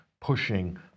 pushing